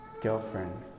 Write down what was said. girlfriend